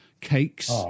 cakes